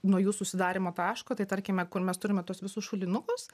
nuo jų susidarymo taško tai tarkime kur mes turime tuos visus šulinukus